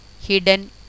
hidden